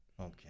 Okay